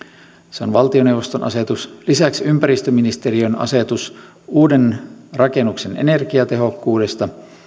se on valtioneuvoston asetus lisäksi ympäristöministeriön asetus uuden rakennuksen energiatehokkuudesta